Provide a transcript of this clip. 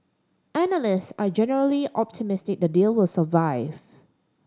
analyst are generally optimistic the deal will survive